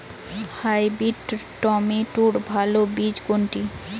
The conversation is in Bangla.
হাইব্রিড টমেটোর ভালো বীজ কোনটি?